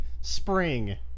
spring